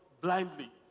blindly